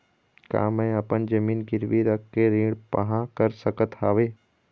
का मैं अपन जमीन गिरवी रख के ऋण पाहां कर सकत हावे?